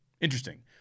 Interesting